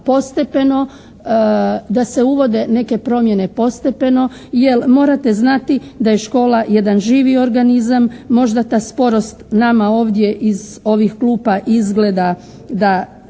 postepeno, da se uvode neke promjene postepeno jer morate znati da je škola jedan živi organizam, možda ta sporost nama ovdje iz ovih klupa izgleda da